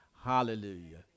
Hallelujah